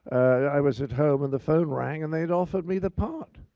i was at home and the phone rang and they'd offered me the part.